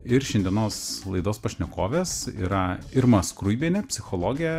ir šiandienos laidos pašnekovės yra irma skruibienė psichologė